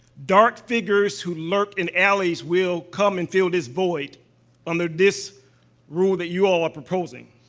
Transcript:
dark figures who lurk in alleys will come and fill this void under this rule that you all are proposing.